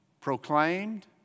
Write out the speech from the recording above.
proclaimed